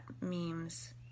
memes